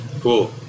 Cool